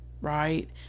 right